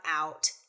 out